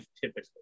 typically